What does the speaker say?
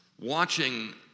Watching